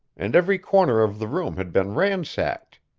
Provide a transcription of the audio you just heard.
and every corner of the room had been ransacked.